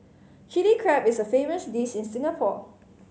Chilli Crab is a famous dish in Singapore